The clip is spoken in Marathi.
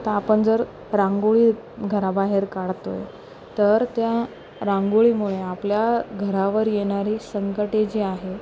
तर आपण जर रांगोळी घराबाहेर काढतो आहे तर त्या रांगोळीमुळे आपल्या घरावर येणारी संकटे जी आहेत